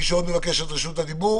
מישהו עוד מבקש את רשות הדיבור?